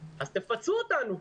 אז תפצו אותנו.